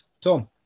Tom